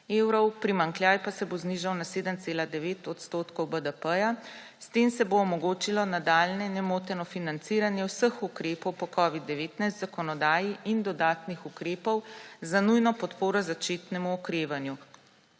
evrov, primanjkljaj pa se bo znižal na 7,9 % BDP. S tem se bo omogočilo nadaljnje nemoteno financiranje vseh ukrepov po covid-19 zakonodaji in dodatnih ukrepov za nujno podporo začetnemu okrevanju.